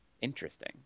Interesting